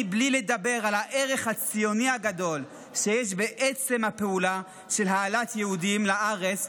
בלי לדבר על הערך הציוני הגדול שיש בעצם הפעולה של העלאת יהודים לארץ,